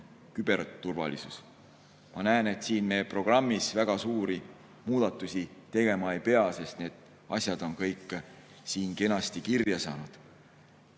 küberturvalisus. Ma näen, et siin meie programmis väga suuri muudatusi tegema ei pea, sest need asjad on kõik siin kenasti kirja saanud.